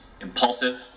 Impulsive